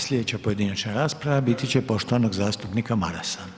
Sljedeća pojedinačna rasprava biti će poštovanog zastupnika Marasa.